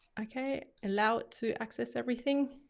okay. allow it to access everything.